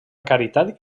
caritat